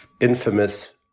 infamous